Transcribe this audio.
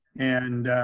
and